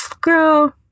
girl